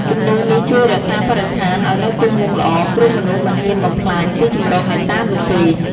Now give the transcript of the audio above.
ជំនឿនេះជួយរក្សាបរិស្ថាន ឱ្យនៅគង់វង្សល្អ ព្រោះមនុស្សមិនហ៊ានបំផ្លាញទីជម្រកអ្នកតានោះទេ។